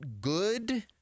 good